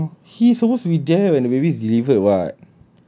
no he supposed to be there when the baby delivered [what]